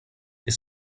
est